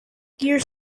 gear